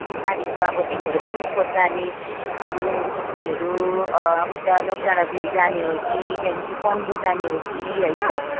गाडीको अब तिमीहरू कुन स्पोट जाने अब यहाँदेखि तिमीहरू उता नोकडाँडा झिल जाने हो कि त्यहाँदेखि पम्बू जाने हो कि होइन